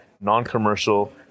non-commercial